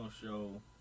show